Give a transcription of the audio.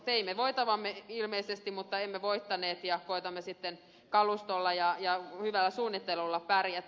teimme voitavamme ilmeisesti mutta emme voittaneet ja koetamme sitten kalustolla ja hyvällä suunnittelulla pärjätä